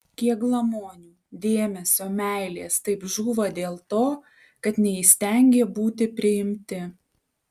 kiek glamonių dėmesio meilės taip žūva dėl to kad neįstengė būti priimti